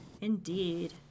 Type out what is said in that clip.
Indeed